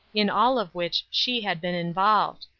in all of which she had been involved.